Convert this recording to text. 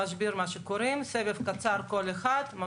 יש את ההכשרה שהם צריכים לעבור ואת הדרך שבה הם פועלים במובן הזה שהם